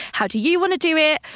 how do you want to do it,